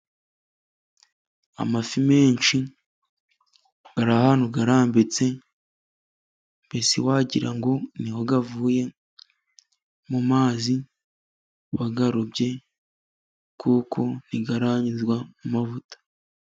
Amafi menshi ari ahantu arambitse, mbese wagira ngo niho avuye mu mazi bayarobye kuko ntaranyuzwa mu mavuta.